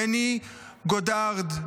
מני גודארד,